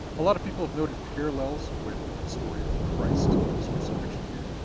a lot of people have noted parallels with the story of christ and his crucifixion here.